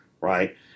right